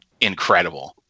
incredible